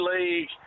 league